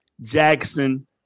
Jackson